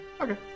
Okay